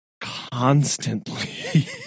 constantly